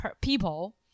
people